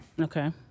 Okay